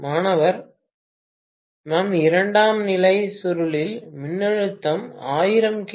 மாணவர் மாஅம் இரண்டாம் நிலை சுருளில் மின்னழுத்தம் 1000 கி